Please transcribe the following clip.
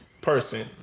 Person